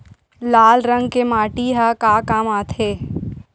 लाल रंग के माटी ह का काम आथे?